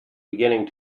beginning